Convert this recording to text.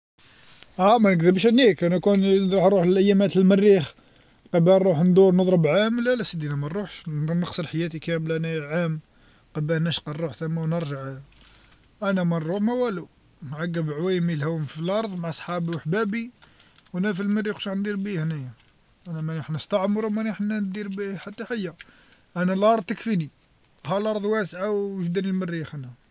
ها منقدبش عليك أنا لوكان نروح اليامات للمريخ باه نروح نضرب عام لا لا أسيدي أنا منروحش، ن-نخسر حياتي كامله أنايا عام قبا نشقى نروح ثما و نرجع، أنا منروح ما والو، نعقب عوايمي هون في لرض مع صحابي و حبابي، و أنا في المريخ واش راح ندير بيه أنايا، أنا ماني رايح نستعمرو ماني رايح ندير بيه حتى هي، أنا لأرض تكفيني ها لرض واسعه واش داني للمريخ أنا.